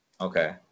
Okay